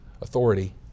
authority